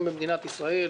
במדינת ישראל.